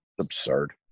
Absurd